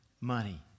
money